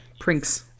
Prinks